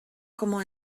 como